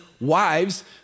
wives